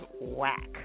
whack